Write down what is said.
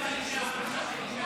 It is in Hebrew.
מעמד האישה.